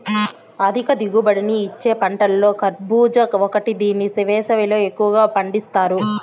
అధిక దిగుబడిని ఇచ్చే పంటలలో కర్భూజ ఒకటి దీన్ని వేసవిలో ఎక్కువగా పండిత్తారు